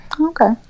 Okay